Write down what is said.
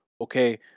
okay